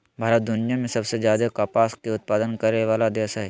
भारत दुनिया में सबसे ज्यादे कपास के उत्पादन करय वला देश हइ